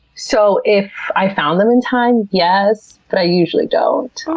so, if i found them in time, yes, but i usually don't.